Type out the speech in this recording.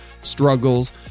struggles